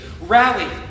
rally